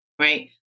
right